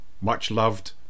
much-loved